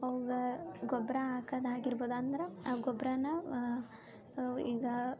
ಅವಾಗ ಗೊಬ್ಬರ ಹಾಕೋದಾಗಿರ್ಬೋದು ಅಂದ್ರ ಆ ಗೊಬ್ಬರನ ಈಗ